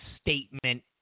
statement